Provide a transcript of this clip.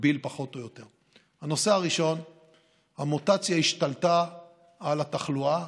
במקביל פחות או יותר: הנושא הראשון המוטציה השתלטה על התחלואה,